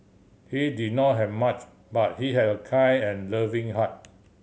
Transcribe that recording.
he did not have much but he have a kind and loving heart